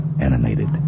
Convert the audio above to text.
animated